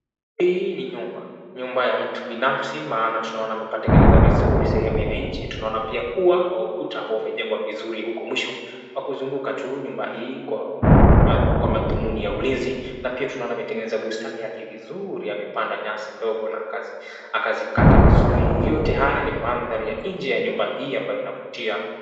Hii ni nyumba. Nyumba ya mtu binafsi maana tunaona amepatengeneza vizuri sehemu ya nje tunaona pia ua wa ukuta ambao umejengwa vizuri huko mwisho kwa kuzunguka tu nyumba hii kwa madhumuni ya ulinzi na pia tunaona ametengeneza bustani yake vizuri amepanda nyasi ndogo na akazikata vizuri yote haya ni mandhari ya nje ya nyumba hii ambayo inavutia.